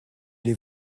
les